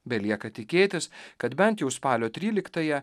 belieka tikėtis kad bent jau spalio tryliktąją